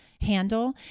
handle